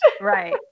Right